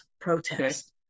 protests